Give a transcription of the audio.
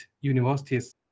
universities